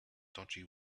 dodgy